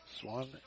Swan